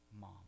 mom